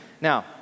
Now